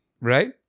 Right